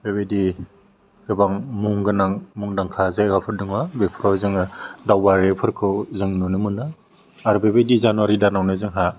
बेबायदि गोबां मुं गोनां मुंदांखा जायगाफोर दङ बेफोराव जोङो दावबायारिफोरखौ जों नुनो मोनो आरो बेबायदि जानुवारि दानावनो जोंहा